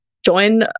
Join